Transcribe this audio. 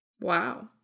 Wow